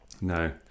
no